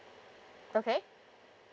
okay